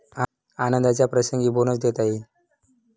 आनंदाच्या प्रसंगी बोनस देता येईल